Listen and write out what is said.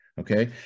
okay